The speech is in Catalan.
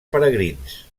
peregrins